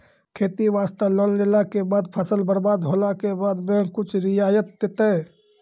खेती वास्ते लोन लेला के बाद फसल बर्बाद होला के बाद बैंक कुछ रियायत देतै?